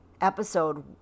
episode